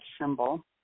symbol